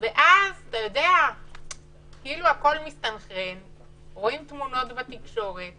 ואז רואים תמונות בתקשורת